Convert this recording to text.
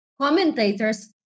commentators